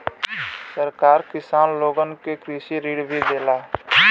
सरकार किसान लोगन के कृषि ऋण भी देला